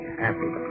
happy